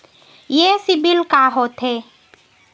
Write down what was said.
ये सीबिल का होथे?